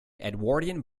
edwardian